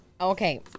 Okay